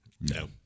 No